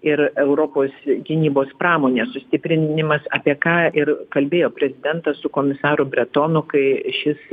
ir europos gynybos pramonės sustiprinimas apie ką ir kalbėjo prezidentas su komisaru bretonu kai šis